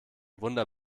wunder